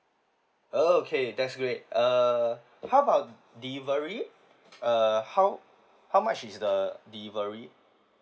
okay that's great err how about delivery err how how much is the delivery